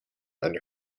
under